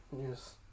Yes